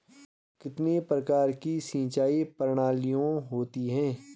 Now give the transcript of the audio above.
कितने प्रकार की सिंचाई प्रणालियों होती हैं?